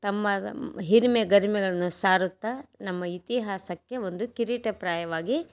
ತಮ್ಮ ಹಿರಿಮೆ ಗರಿಮೆಗಳನ್ನ ಸಾರುತ್ತಾ ನಮ್ಮ ಇತಿಹಾಸಕ್ಕೆ ಒಂದು ಕಿರೀಟಪ್ರಾಯವಾಗಿ